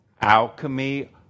alchemy